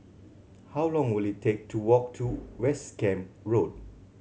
how long will it take to walk to West Camp Road